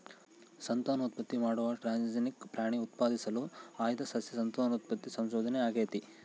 ಸಂತಾನೋತ್ಪತ್ತಿ ಮಾಡುವ ಟ್ರಾನ್ಸ್ಜೆನಿಕ್ ಪ್ರಾಣಿ ಉತ್ಪಾದಿಸಲು ಆಯ್ದ ಸಸ್ಯ ಸಂತಾನೋತ್ಪತ್ತಿ ಸಂಶೋಧನೆ ಆಗೇತಿ